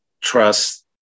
trust